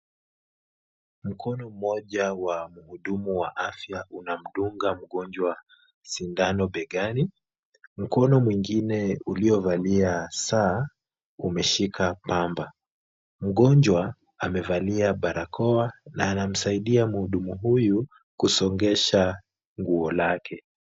Mkono mmoja wa mhudumu wa afya unamdunga mgonjwa sindano begani. Mkono mwingine uliovalia saa umeshika pamba. Mgonjwa amevalia barakoa na anamsaidia mhudumu huyu kusongesha nguo lake.